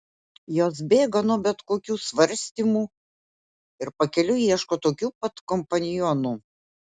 jos bėga nuo bet kokių svarstymų ir pakeliui ieško tokių pat kompanionų